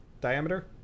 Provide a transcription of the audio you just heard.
diameter